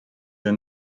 the